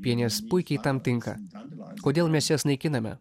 pienės puikiai tam tinka kodėl mes jas naikiname